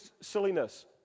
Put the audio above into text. silliness